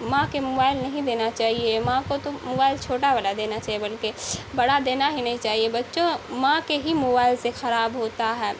ماں کے موبائل نہیں دینا چاہیے ماں کو تو موبائل چھوٹا والا دینا چاہیے بلکہ بڑا دینا ہی نہیں چاہیے بچوں ماں کے ہی موبائل سے خراب ہوتا ہے